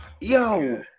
Yo